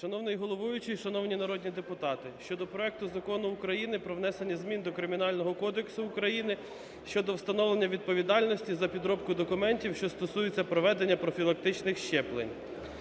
Шановний головуючий, шановні народні депутати! Щодо проекту Закону України про внесення змін до Кримінального кодексу України щодо встановлення відповідальності за підробку документів, що стосуються проведення профілактичних щеплень.